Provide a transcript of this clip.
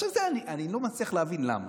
אני לא מצליח להבין למה,